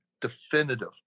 definitive